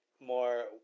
more